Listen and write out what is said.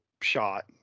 shot